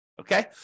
Okay